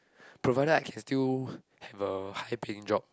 provided I can still have a high paying job